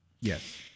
Yes